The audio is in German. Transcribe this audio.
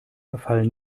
verfall